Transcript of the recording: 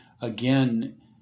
again